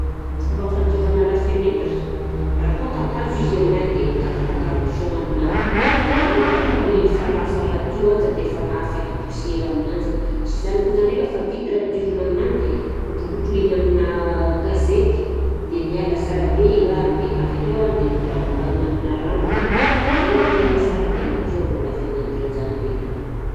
Fomba fandiovana lafenetra, raha koa kakazo izy anahy de takatakariko foana amina lamba na hoe famafa madio aza defa mahafaky poussiere aminanzy, sy zany kosa ndraika fa vitre diovina aminany de kodrokodroina amina gazety de miala sara be i rahany de avekeo an de kobakobanina amina rano de avela ho maigna sara de madio rô lafenetra zany avekeo.